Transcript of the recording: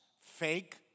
fake